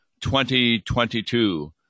2022